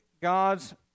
God's